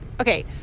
Okay